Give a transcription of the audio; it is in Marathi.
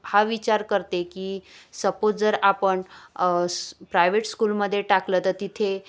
हा विचार करते की सपोज जर आपण प्रायवेट स्कूलमध्ये टाकलं तर तिथे